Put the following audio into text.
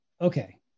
okay